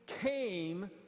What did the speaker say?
came